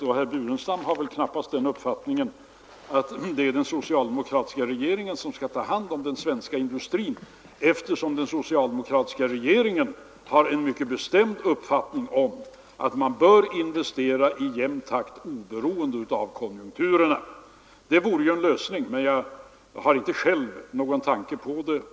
Och herr Burenstam Linder har väl knappast uppfattningen att det är den socialdemokratiska regeringen som skall ta hand om den svenska industrin, eftersom den socialdemokratiska regeringen mycket bestämt anser att man bör investera i jämn takt, oberoende av konjunkturerna.